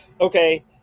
Okay